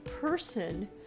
person